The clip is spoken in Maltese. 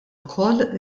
ukoll